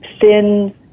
thin